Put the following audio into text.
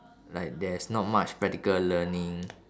like there's not much practical learning